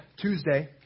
Tuesday